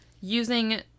using